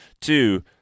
Two